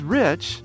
rich